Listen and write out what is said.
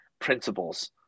principles